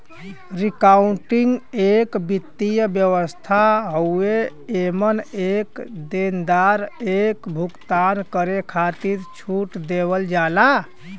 discounting एक वित्तीय व्यवस्था हउवे एमन एक देनदार एक भुगतान करे खातिर छूट देवल जाला